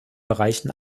bereichen